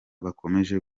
bakomeje